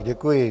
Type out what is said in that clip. Děkuji.